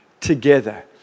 together